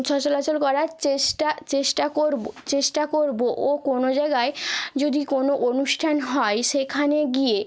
সচলাচল করার চেষ্টা চেষ্টা করবো চেষ্টা করবো ও কোনো জায়গায় যদি কোনো অনুষ্ঠান হয় সেখানে গিয়ে